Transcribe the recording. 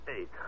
Eight